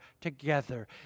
together